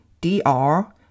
D-R